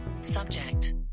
subject